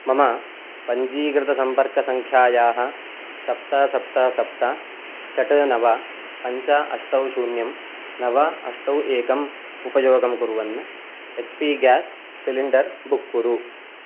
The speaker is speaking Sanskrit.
मम पञ्जीकृतसम्पर्कसङ्ख्यायाः सप्त सप्त सप्त षट् नव पञ्च अष्टौ शून्यं नव अष्टौ एकम् उपयोगं कुर्वन् H P gas cylinder book कुरु